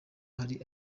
hari